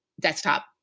desktop